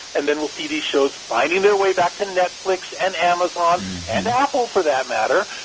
and then we'll see these shows finding their way back to netflix and amazon and apple for that matter.